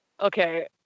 Okay